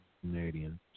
Canadian